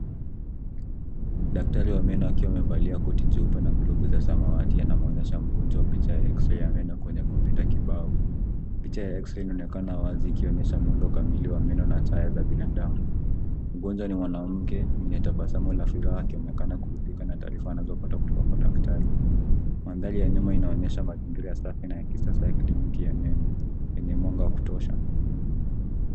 Daktari wa meno akiwa amevaa koti jeupe na glavu za samawati anamwonyesha mgonjwa picha ya X- Ray ya meno kwenye kompyuta ya kibao. Picha ya X-Ray inaonekana wazi ikionyesha muundo kamili wa meno na taya za binadamu. Mgonjwa ni mwanamke mwenye tabasamu la furaha akionyesha kuudhuka na taarifa anazopata kutoka kwa daktari. Mandhari ya nyuma yanaonyesha mazingira safi na ya kisasa ya kliniki ya meno yenye mwanga wa kutosha.